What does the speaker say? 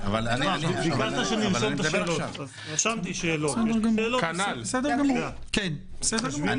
היושב-ראש, רשמתי שאלות, כפי שביקשת.